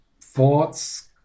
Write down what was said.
Thoughts